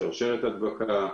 על שרשרת הדבקה,